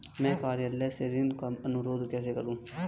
मैं कार्यालय से ऋण का अनुरोध कैसे करूँ?